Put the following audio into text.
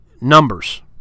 numbers